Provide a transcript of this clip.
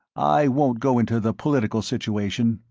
i won't go into the political situation,